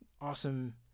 awesome